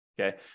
Okay